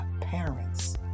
parents